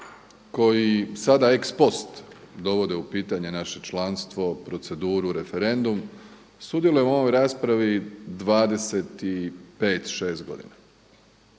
koji sada ex post dovode u pitanje naše članstvo, proceduru, referendum, sudjelujem u ovoj raspravi 25, 26 godina,